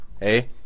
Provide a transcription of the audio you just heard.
Hey